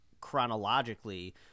chronologically